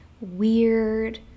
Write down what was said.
weird